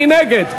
מי נגד?